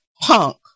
punk